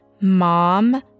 mom